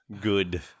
good